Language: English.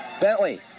Bentley